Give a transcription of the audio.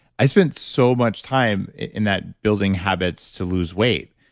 i spent so much time in that building habits to lose weight,